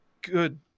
good